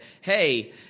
Hey